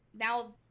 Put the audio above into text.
now